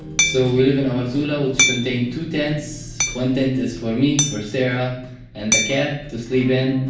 so we live in our zula which contain two tents, one tent is for me, for sarah and the cat to sleep in.